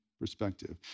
perspective